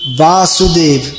vasudev